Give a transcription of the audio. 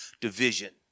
division